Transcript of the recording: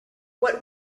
what